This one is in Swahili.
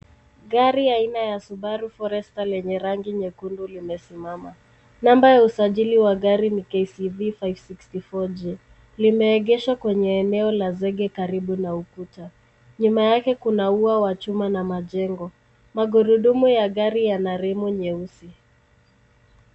Gari aina ya Subaru Forester lenye rangi nyekundu limesimama. Namba ya usajili wa gari ni KCV 564G. Limeegeshwa kwenye eneo la zege karibu na ukuta. Nyuma yake kuna ua wa chuma na majengo. Magurudumu ya gari yana rimu nyeusi.